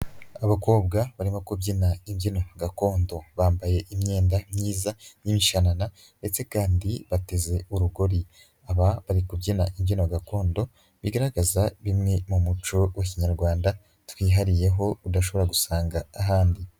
Abakobwa barimo kubyina imbyino gakondo bambaye imyenda myiza y'imishanana, ndetse kandi bateze urugori. Aba bari kubyina imbyino gakondo, bigaragaza bimwe mu muco w'Ikinyarwanda twihariyeho udashobora gusanga ahandi.